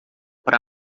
para